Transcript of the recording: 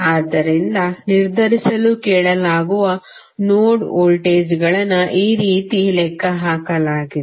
ಆದ್ದರಿಂದ ನಿರ್ಧರಿಸಲು ಕೇಳಲಾಗುವ ನೋಡ್ ವೋಲ್ಟೇಜ್ಗಳನ್ನು ಈ ರೀತಿ ಲೆಕ್ಕಹಾಕಲಾಗಿದೆ